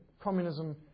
communism